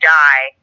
die